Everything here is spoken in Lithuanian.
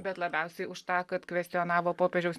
bet labiausiai už tą kad kvestionavo popiežiaus